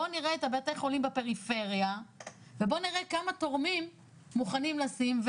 בוא נראה את בתי החולים בפריפריה ובוא נראה כמה תורמים מוכנים לשים,